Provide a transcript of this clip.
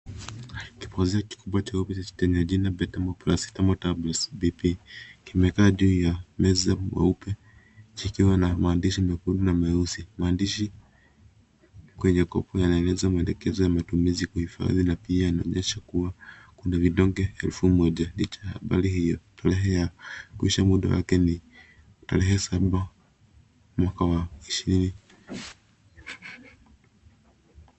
Chupa zetu kubwa cheupe chenye jina yake Betamol paracetamol tablets BP kimekaa juu ya meza nyeupe, kikiwa na maandishi mekundu na meusi. Maandishi kwenye kopo yanaeleza maelekezo ya matumizi, kuhifadhi na pia yanaonyesha kuwa kuna vidonge elfu moja licha ya habari hiyo. Tarehe ya kuisha muda wake ni tarehe saba, mwaka wa ishirini.